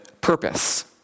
purpose